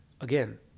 again